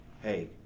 hey